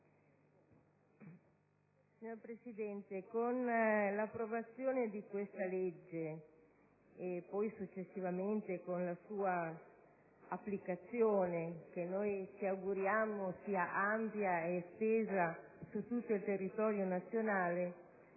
colleghi, con l'approvazione di questa legge e successivamente con la sua applicazione (che noi ci auguriamo sia ampia ed estesa su tutto il territorio nazionale)